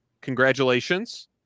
congratulations